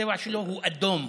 והצבע שלו הוא אדום.